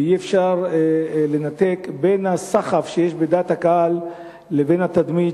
אי-אפשר לנתק בין הסחף שיש בדעת הקהל באשר לתדמית